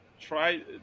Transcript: try